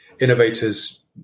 innovators